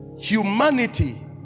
Humanity